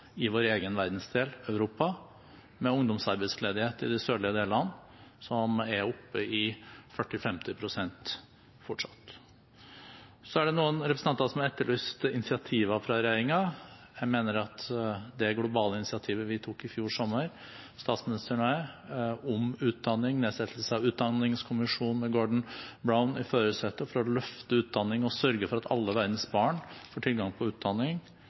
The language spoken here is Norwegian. i vår egen verdensdel, Europa, med ungdomsarbeidsledighet i de sørlige delene som fortsatt er oppe i 40–50 pst. Noen representanter har etterlyst initiativer fra regjeringen. Jeg mener at det globale initiativet statsministeren og jeg tok i fjor sommer, om nedsettelse av en utdanningskommisjon med Gordon Brown i førersetet for å løfte utdanning og sørge for at alle verdens barn får tilgang til utdanning,